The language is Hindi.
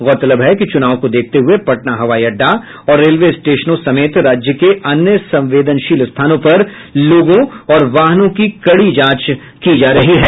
गौरतलब है कि चुनाव को देखते हुये पटना हवाई अड्डा और रेलवे स्टेशनों समेत राज्य के अन्य संवेदनशील स्थानों पर लोगों और वाहनों की कड़ी जांच की जा रही है